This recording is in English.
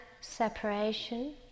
separation